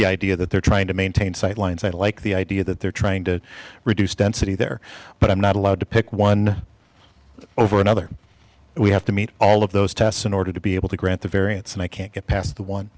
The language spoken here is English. the idea that they're trying to maintain sight lines i'd like the idea that they're trying to reduce density there but i'm not allowed to pick one over another we have to meet all of those tests in order to be able to grant the variance and i can't get past the one